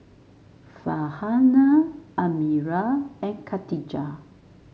Farhanah Amirah and Katijah